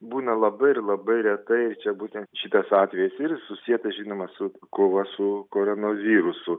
būna labai ir labai retai čia būtent šitas atvejis ir jis susietas žinoma su kova su koronavirusu